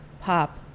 pop